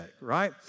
right